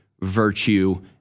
virtue